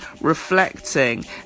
reflecting